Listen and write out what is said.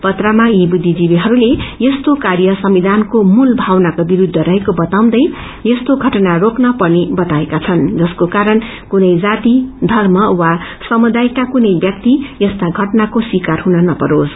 फत्रमा यी बुखिजीविहरूले यस्तो कार्य संविधानको मूल भावनाको विरूद्ध रहेको क्ताउँदै यस्तो घटना रोकन पर्ने बताएका छन् जसको कारण कुनै जाति वर्ष वा समुदायको कारण कुनै व्याक्ति यस्ता घटनाक्रे शिकार हुन नपरोस